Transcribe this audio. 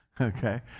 Okay